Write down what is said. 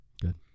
good